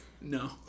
No